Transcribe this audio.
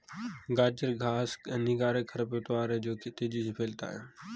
गाजर घास हानिकारक खरपतवार है जो तेजी से फैलता है